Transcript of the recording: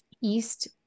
East